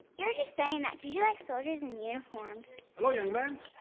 you're just saying that because you like soldiers and uniforms. hello, young man.